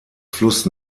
fluss